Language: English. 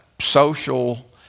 social